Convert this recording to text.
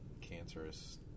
cancerous